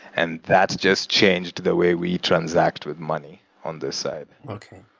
and that's just changed the way we transact with money on this side okay.